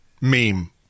meme